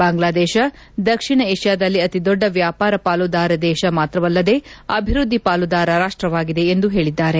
ಬಾಂಗ್ಲಾದೇಶ ದಕ್ಷಿಣ ಏಷ್ಠಾದಲ್ಲಿ ಅತಿದೊಡ್ಡ ವ್ಯಾಪಾರ ಪಾಲುದಾರ ದೇಶ ಮಾತ್ರವಲ್ಲದೆ ಅಭಿವೃದ್ಧಿ ಪಾಲುದಾರ ರಾಷ್ಟವಾಗಿದೆ ಎಂದು ಹೇಳಿದ್ದಾರೆ